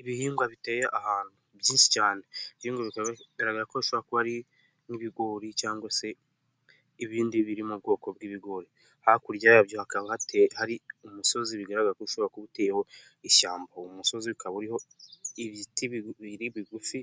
Ibihingwa biteye ahantu bikaba ari byinshi bigaragara ko kuba ari nk'ibigori cyangwa se ibindi biri mu bwoko bw'ibigori hakurya yabyo hakaba hateye, hari umusozi bigaragara ko ushobora kuba uteyeho ishyamba, uwo musozi ukaba uriho ibiti bigufi